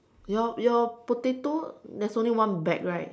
your your potato there's only one bag right